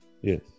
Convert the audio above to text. Yes